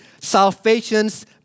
Salvation's